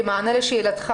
זה במענה לשאלתך.